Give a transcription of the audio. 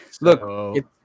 look